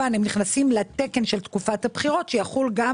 הם נכנסים לתקן של תקופת הבחירות שיחול גם